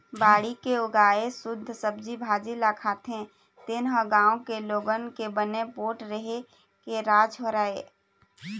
बाड़ी के उगाए सुद्ध सब्जी भाजी ल खाथे तेने ह गाँव के लोगन के बने पोठ रेहे के राज हरय